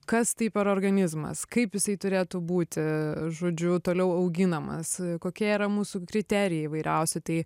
kas tai per organizmas kaip jisai turėtų būti žodžiu toliau auginamas kokie yra mūsų kriterijai įvairiausi tai